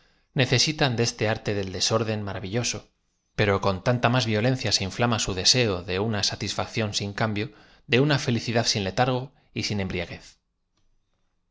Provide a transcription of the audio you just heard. necesitan de este arte del desorden m ara villoso pero con tanta más violencia se inflama su de seo de uda satisfacción sin cambio de una felicidad sin letargo y sin embriaguez